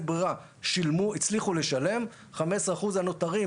ברירה הצליחו לשלם ולגבי ה-15 אחוזים הנותרים,